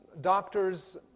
doctors